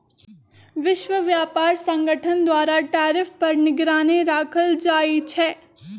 विश्व व्यापार संगठन द्वारा टैरिफ पर निगरानी राखल जाइ छै